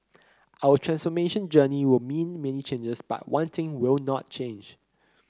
our transformation journey will mean many changes but one thing will not change